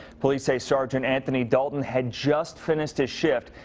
police say sergeant anthony daulton had just finished his shift.